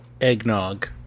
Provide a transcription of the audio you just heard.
eggnog